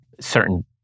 certain